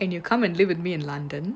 and you'll come and live with me in london